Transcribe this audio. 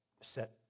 Set